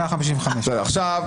קורה?